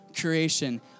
creation